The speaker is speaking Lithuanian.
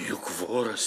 juk voras